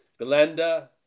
Glenda